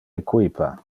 equipa